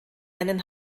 einen